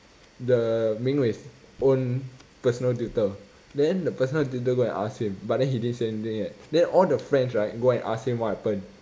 the ming wei's own personal tutor then the personal tutor go and ask him but then he didn't say anything yet then all the friends right go and ask him what happened